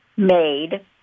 made